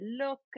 look